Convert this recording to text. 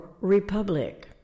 republic